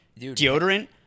Deodorant